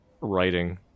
writing